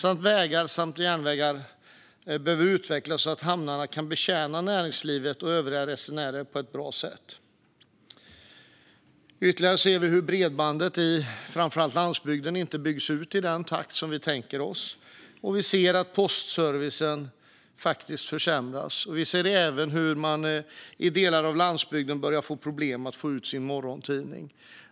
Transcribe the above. Vägar och järnvägar behöver utvecklas så att hamnarna kan betjäna näringslivet och övriga resenärer på ett bra sätt. Vi ser att bredbandet framför allt på landsbygden inte byggs ut i den takt som vi tänker oss, och vi ser att postservicen försämras. Vi ser även hur man i delar av landsbygden börjar få problem med att få sin morgontidning.